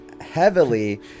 heavily